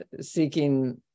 seeking